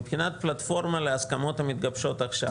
מבחינת פלטפורמה להסכמות המתגבשות עכשיו: